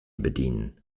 bedienen